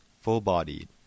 full-bodied